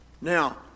Now